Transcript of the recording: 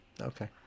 okay